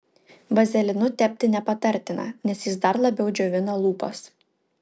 vazelinu tepti nepatartina nes jis dar labiau džiovina lūpas